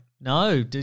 No